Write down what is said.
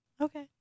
Okay